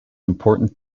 important